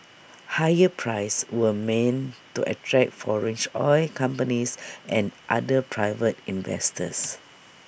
higher prices were meant to attract foreign oil companies and other private investors